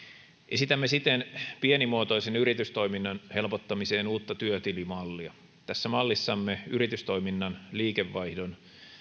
esitämme siten pienimuotoisen yritystoiminnan helpottamiseen uutta työtilimallia tässä mallissamme yritystoiminnan liikevaihdon